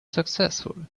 successful